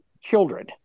children